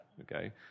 okay